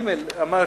(3) אמרתי,